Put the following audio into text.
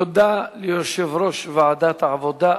תודה ליושב-ראש ועדת העבודה,